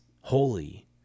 Holy